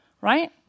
Right